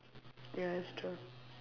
ya that's true